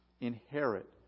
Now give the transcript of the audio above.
inherit